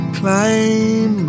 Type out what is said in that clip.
climb